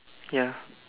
ya